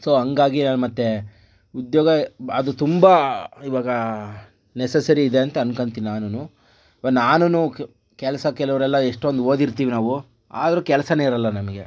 so ಹಾಗಾಗಿ ಮತ್ತೆ ಉದ್ಯೋಗ ಅದು ತುಂಬ ಇವಾಗ ನೆಸೆಸರಿ ಇದೆ ಅಂತ ಅನ್ಕೋತೀನಿ ನಾನುನು ನಾನುನು ಕೆಲಸ ಕೆಲವರೆಲ್ಲ ಎಷ್ಟೊಂದು ಓದಿರ್ತೀವಿ ನಾವು ಆದರೂ ಕೆಲಸನೇ ಇರಲ್ಲ ನಮಗೆ